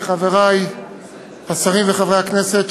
חברי השרים וחברי הכנסת,